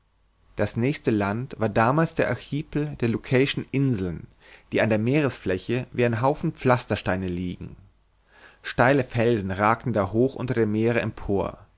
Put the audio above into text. das nächste land war damals der archipel der lucayschen inseln die an der meeresfläche wie ein haufen pflastersteine liegen steile felsen ragten da hoch unter dem meere empor